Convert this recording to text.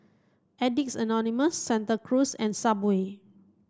Addicts Anonymous Santa Cruz and Subway